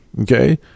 okay